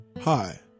Hi